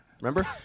remember